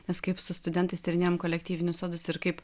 nes kaip su studentais tyrinėjom kolektyvinius sodus ir kaip